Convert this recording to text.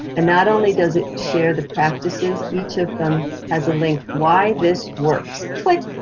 and not only does it share the practices, each of them has a link why this works, click,